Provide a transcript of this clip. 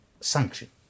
sanction